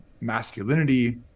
masculinity